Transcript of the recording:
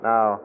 Now